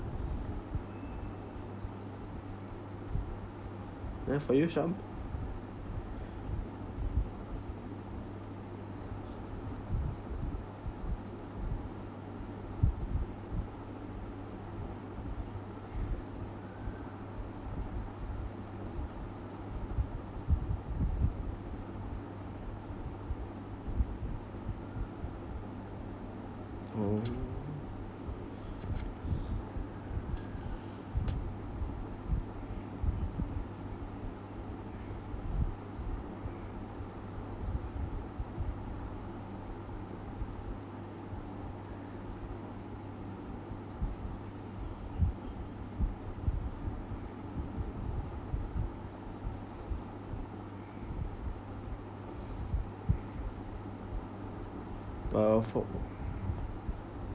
ya for you sham oh well for